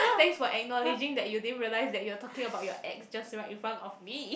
thanks for acknowledging that you didn't realise that you're talking about your ex just right in front of me